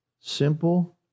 Simple